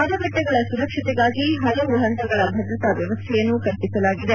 ಮತಗಟ್ಟಿಗಳ ಸುರಕ್ಷತೆಗಾಗಿ ಹಲವು ಹಂತಗಳ ಭದ್ರತಾ ವ್ಯವಸ್ಥೆಯನ್ನು ಕಲ್ಪಿಸಲಾಗಿದೆ